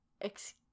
Excuse